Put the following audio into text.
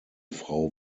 frau